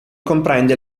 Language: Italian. comprende